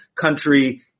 country